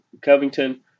Covington